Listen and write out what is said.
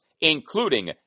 including